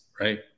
right